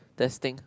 testing